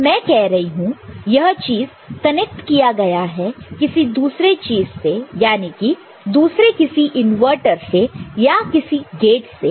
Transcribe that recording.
तो मैं कह रही हूं यह चीज कनेक्ट किया गया है किसी दूसरे चीज से यानी कि दूसरे किसी इनवर्टर से या किसी गेट से